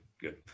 good